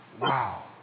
Wow